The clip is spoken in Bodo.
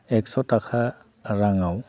एक्स' थाखा राङाव